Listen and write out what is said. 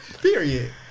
Period